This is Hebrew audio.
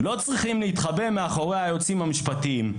לא צריכים להתחבא מאחורי היועצים המשפטיים.